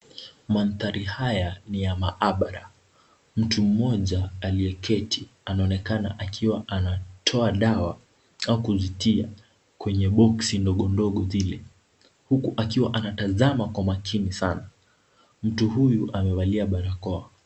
Mandhari haya ni ya maabara. Mtu mmoja aliyeketi anaonekana akiwea anatoa dawa na kuzitia kwenye bozi ndogondogo zile, huku akiwa anatazama kwa makini sana. Mtu huyu amevalia barakoa.